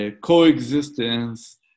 coexistence